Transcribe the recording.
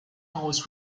always